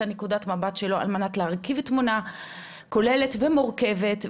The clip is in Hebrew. נקודת המבט שלו על מנת להרכיב תמונה כוללת ומורכבת,